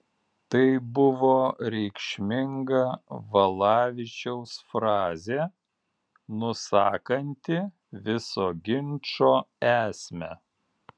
tai buvo reikšminga valavičiaus frazė nusakanti viso ginčo esmę